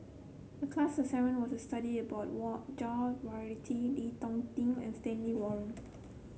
the class assignment was to study about Jah Lelawati Chee Hong Tat and Stanley Warren